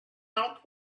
out